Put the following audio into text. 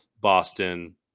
Boston